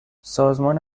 سازمان